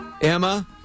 Emma